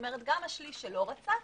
כלומר גם השליש שלא רצה,